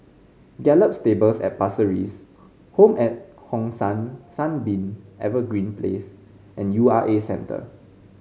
Gallop Stables at Pasir Ris Home at Hong San Sunbeam Evergreen Place and U R A Centre